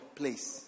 place